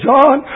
John